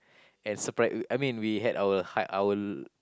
and surpri~ I mean we had our high our